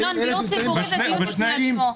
ינון, דיור ציבורי זה דיון בפני עצמו.